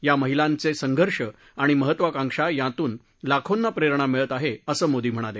या महिलांचे संघर्ष आणि महत्त्वाकांक्षा यांमधून लाखोंना प्रेरणा मिळत आहे असं मोदी म्हणाले